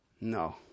No